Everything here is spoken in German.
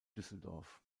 düsseldorf